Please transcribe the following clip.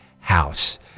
house